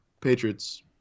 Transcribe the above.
Patriots